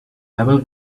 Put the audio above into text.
level